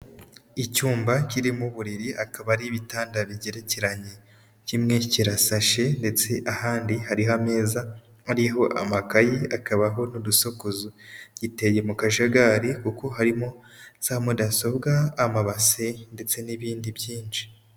Icyumba kirimo uburiri akaba ari ibitanda bigerekeranye, kimwe kirasashe ndetse ahandi hariho ameza ariho amakayi hakabaho n'udusokozo, giteye mu kajagari kuko harimo za mudasobwa, amabasi ndetse n'ibindi byinshi.